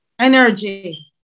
energy